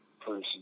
person